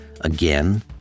again